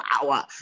power